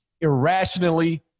Irrationally